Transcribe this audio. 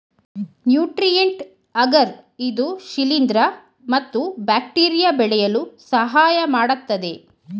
nutrient agar ಇದು ಶಿಲಿಂದ್ರ ಮತ್ತು ಬ್ಯಾಕ್ಟೀರಿಯಾ ಬೆಳೆಯಲು ಸಹಾಯಮಾಡತ್ತದೆ